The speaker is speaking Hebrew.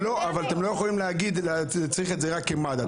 אתם לא יכולים להגיד שצריך את זה רק כמד"א.